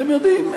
אתם יודעים,